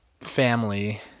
family